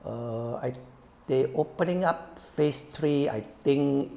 err I they opening up phase three I think